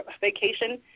vacation